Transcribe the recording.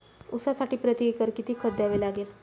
ऊसासाठी प्रतिएकर किती खत द्यावे लागेल?